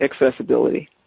accessibility